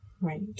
Right